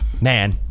man